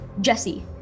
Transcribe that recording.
Jesse